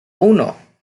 uno